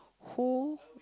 who